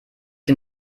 den